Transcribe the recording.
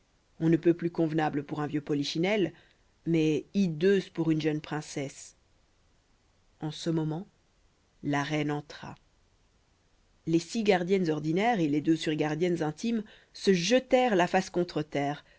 on ne peut plus convenable pour un vieux polichinelle mais hideuse pour une jeune princesse en ce moment la reine entra les six gardiennes ordinaires et les deux surgardiennes intimes se jetèrent la face contre terre